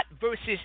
versus